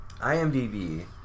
IMDb